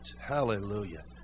Hallelujah